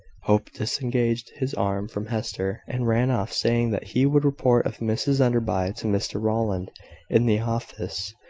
hope disengaged his arm from hester, and ran off, saying that he would report of mrs enderby to mr rowland in the office,